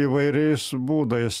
įvairiais būdais